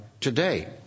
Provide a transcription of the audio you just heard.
today